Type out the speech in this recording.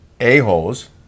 a-holes